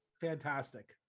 fantastic